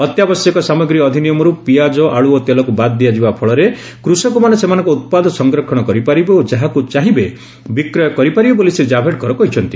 ଅତ୍ୟାବଶ୍ୟକ ସାମଗ୍ରୀ ଅଧିନିୟମକୁ ପିଆଜ ଆଳୁ ଓ ତେଲକୁ ବାଦ ଦିଆଯିବା ଫଳରେ କୃଷକମାନେ ସେମାନଙ୍କ ଉତ୍ପାଦ ସଂରକ୍ଷଣ କରିପାରିବେ ଓଯାହାକୁ ଚାହିଁବେ ବିକ୍ରି କରିପାରିବେ ବୋଲି ଶ୍ରୀ କାଭଡେକର କହିଛନ୍ତି